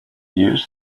use